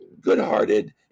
good-hearted